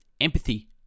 empathy